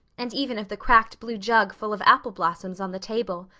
and even of the cracked blue jug full of apple blossoms on the table.